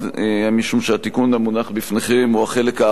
משום שהתיקון המונח בפניכם הוא החלק האחרון